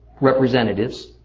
representatives